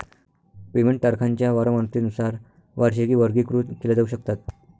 payment तारखांच्या वारंवारतेनुसार वार्षिकी वर्गीकृत केल्या जाऊ शकतात